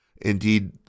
Indeed